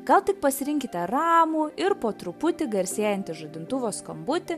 gal tik pasirinkite ramų ir po truputį garsėjantį žadintuvo skambutį